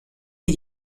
wir